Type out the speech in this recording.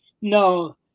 no